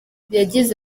yagize